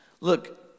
Look